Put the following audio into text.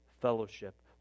fellowship